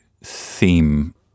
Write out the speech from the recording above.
theme